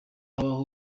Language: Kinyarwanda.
habaho